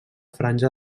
franja